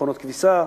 מכונות כביסה,